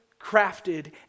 crafted